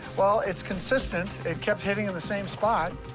well, it's consistent. it kept hitting in the same spot.